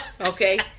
Okay